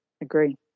Agree